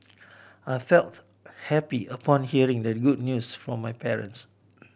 I felt happy upon hearing the good news from my parents